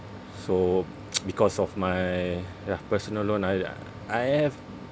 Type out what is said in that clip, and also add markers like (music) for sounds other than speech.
so (noise) because of my ya personal loan I I have